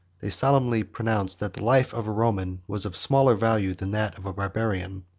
they solemnly pronounced, that the life of a roman was of smaller value than that of a barbarian.